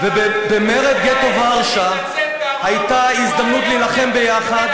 במרד גטו ורשה הייתה הזדמנות להילחם ביחד,